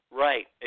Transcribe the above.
Right